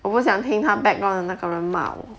我不想听他 background 的那个人骂我